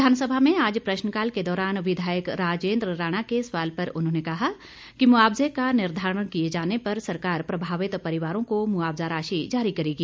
विधानसभा में आज प्रश्नकाल के दौरान विधायक राजेंद्र राणा के सवाल पर उन्होंने कहा कि मुआवजे का निर्धारण किए जाने पर सरकार प्रभावित परिवारों को मुआवजा राशि जारी करेगी